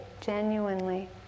genuinely